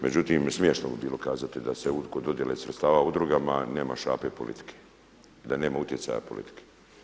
Međutim, smiješno bi bilo kazati da se kod dodjele sredstava udrugama nema šape politike i da nema utjecaja politike.